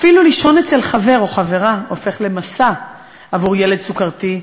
אפילו לישון אצל חבר או חברה הופך למסע עבור ילד סוכרתי,